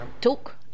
talk